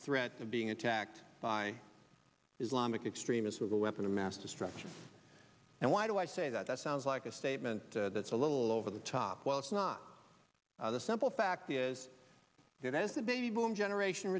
the threat of being attacked by islamic extremists with a weapon of mass destruction and why do i say that that sounds like a statement that's a little over the top well it's not the simple fact is that as the baby boom generation